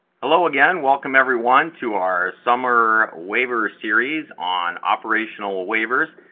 hello, again! welcome everyone, to our summer waver series on operational waivers.